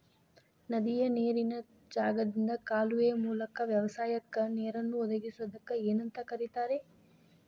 ನದಿಯ ನೇರಿನ ಜಾಗದಿಂದ ಕಾಲುವೆಯ ಮೂಲಕ ವ್ಯವಸಾಯಕ್ಕ ನೇರನ್ನು ಒದಗಿಸುವುದಕ್ಕ ಏನಂತ ಕರಿತಾರೇ?